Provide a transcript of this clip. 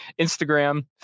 Instagram